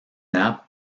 nap